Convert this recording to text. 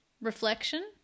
reflection